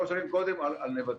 שלוש שנים קודם על נבטים.